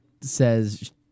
says